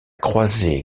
croisée